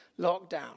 lockdown